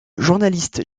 journaliste